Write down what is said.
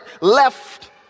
left